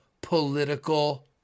political